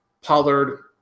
Pollard